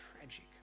tragic